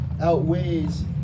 outweighs